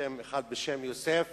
בשם אחד בשם יוסף.